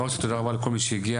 דבר ראשון תודה רבה לכל מי שהגיע.